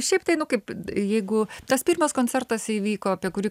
šiaip tai nu kaip jeigu tas pirmas koncertas įvyko apie kurį